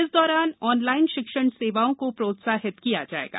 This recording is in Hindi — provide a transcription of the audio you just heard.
इस दौरान ऑनलाइन शिक्षण सेवाओं को प्रोत्साहित किया जाएगा